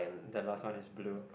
the last one is blue